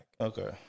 okay